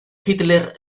hitler